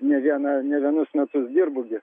ne vieną ne vienus metus dirbu gi